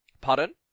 Pardon